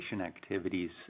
activities